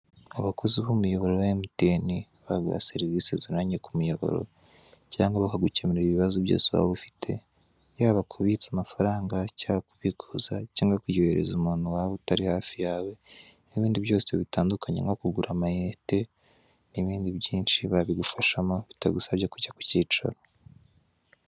Abakozi b'umuyoboro wa MTN baguha serivise zose ku muyoboro cyangwa bakagukemurira ibibazo byose waba ufite yaba kubitsa amafaranga cyangwa kubikuza cyangwa kuyoherereza umuntu wawe utari hafi yawe n'ibindi byose bitandukanye nko kugura amayinite babigufashamo bitagusabye kujya ku kicaro.